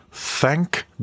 Thank